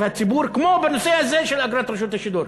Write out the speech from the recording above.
הציבור כמו בנושא הזה של אגרת רשות השידור.